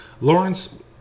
Lawrence